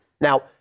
Now